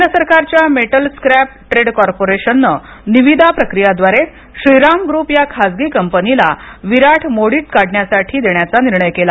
केंद्र सरकारच्या metal scrap trade कॉर्पोरेशनने निविदा प्रक्रियेद्वारे श्रीराम ग्रूप या खासगी कंपनीला विराट मोडीत काढण्यासाठी देण्याचा निर्णय केला